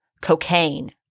cocaine